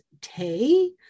Tay